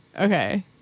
Okay